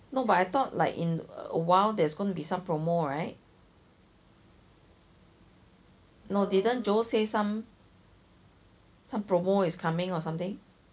but I thought like in a while there's going to be some promo right no didn't Jo say some some promo is coming or something